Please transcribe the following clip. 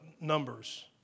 Numbers